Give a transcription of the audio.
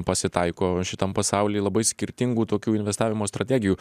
pasitaiko šitam pasauly labai skirtingų tokių investavimo strategijų